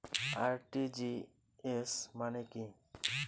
RTGS মানে কি?